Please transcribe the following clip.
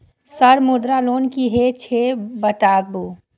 Sir Mudra loan की हे छे बताबू?